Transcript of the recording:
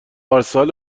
ارسال